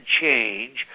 change